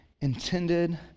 intended